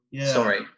sorry